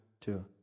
Two